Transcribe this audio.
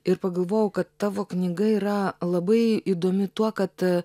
ir pagalvojau kad tavo knyga yra labai įdomi tuo kad